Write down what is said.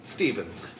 Stevens